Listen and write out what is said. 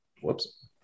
whoops